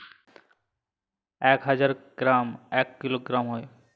এক হাজার গ্রামে এক কিলোগ্রাম হয়